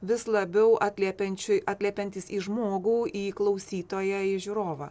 vis labiau atliepiančiu atliepiantis į žmogų į klausytoją į žiūrovą